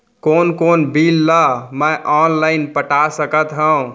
कोन कोन बिल ला मैं ऑनलाइन पटा सकत हव?